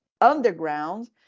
underground